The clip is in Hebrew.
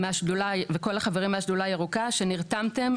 וכל החברים מהשדולה הירוקה שנרתמתם.